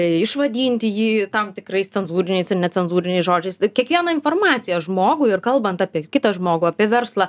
išvadinti jį tam tikrais cenzūriniais ir necenzūriniais žodžiais kiekvieną informaciją žmogui ir kalbant apie kitą žmogų apie verslą